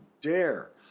dare